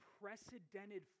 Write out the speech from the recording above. unprecedented